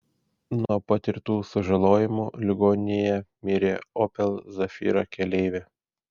nuo patirtų sužalojimų ligoninėje mirė opel zafira keleivė